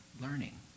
learning